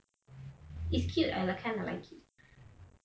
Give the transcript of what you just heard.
it's cute lah I kind of like it